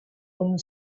one